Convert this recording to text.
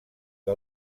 que